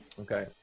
Okay